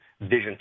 vision